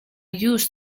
use